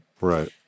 Right